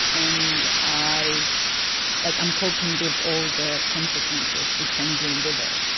and i like, i'm coping with all the consequences it can bring with it.